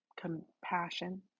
compassion